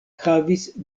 havis